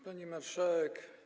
Pani Marszałek!